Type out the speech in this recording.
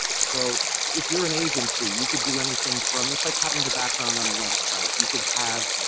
so if you're an agency, you can do anything from it's like having the background on a website. you can have